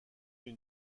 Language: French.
une